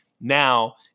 now